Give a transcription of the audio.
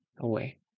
away